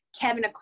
kevin